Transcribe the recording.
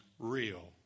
real